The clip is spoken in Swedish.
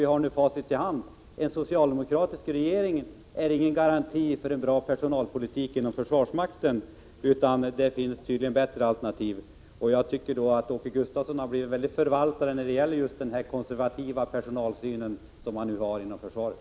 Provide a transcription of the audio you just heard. Vi har nu facit i hand. En socialdemokratisk regering är ingen garanti för en bra personalpolitik inom försvarsmakten. Det finns tydligen bättre alternativ. Jag tycker att Åke Gustavsson i hög grad har blivit en förvaltare av den konservativa personalsyn som man nu har inom försvaret.